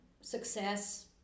success